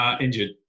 Injured